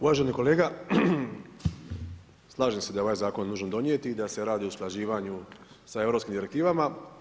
Uvaženi kolega, slažem se da je ovaj zakon nužan donijeti i da se radi o usklađivanju sa europskim direktivama.